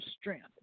strength